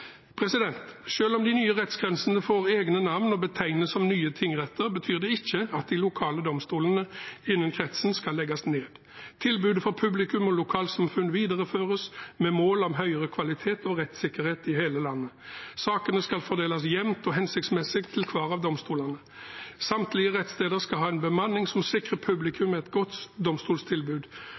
om de nye rettskretsene får egne navn og betegnes som nye tingretter, betyr det ikke at de lokale domstolene innenfor kretsen skal legges ned. Tilbudet for publikum og lokalsamfunn videreføres, med mål om høyere kvalitet og rettssikkerhet i hele landet. Sakene skal fordeles jevnt og hensiktsmessig til hver av domstolene. Samtlige rettssteder skal ha en bemanning som sikrer publikum et godt